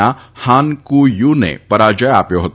ના હાન કુ યુન પરાજ્ય આપ્યો હતો